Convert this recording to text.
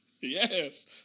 Yes